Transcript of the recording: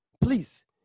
please